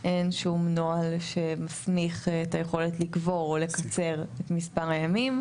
אין שום נוהל שמסמיך את היכולת לקבוע או לקצר את מספר הימים,